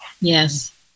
Yes